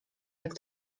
jak